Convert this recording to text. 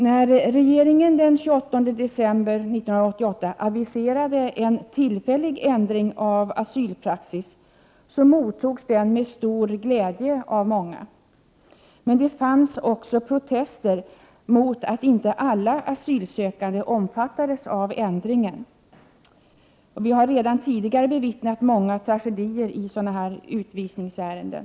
När regeringen den 28 december 1988 aviserade ”en tillfällig ändring av asylpraxis” mottogs den med stor glädje av många. Men det fanns också protester mot att inte alla asylsökande omfattades av ändringen. Vi har redan tidigare bevittnat många tragedier i sådana här utvisningsärenden.